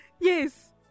Yes